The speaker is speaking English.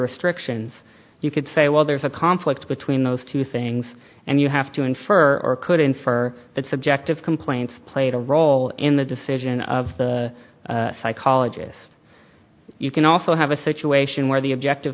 restrictions you could say well there's a conflict between those two things and you have to infer or could infer that subjective complaints played a role in the decision of the psychologists you can also have a situation where the objective